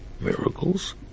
miracles